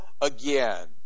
again